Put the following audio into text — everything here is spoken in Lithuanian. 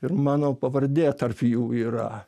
ir mano pavardė tarp jų yra